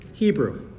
Hebrew